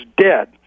dead